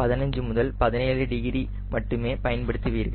15 முதல் முதல் 17 டிகிரி மட்டுமே பயன்படுத்துவீர்கள்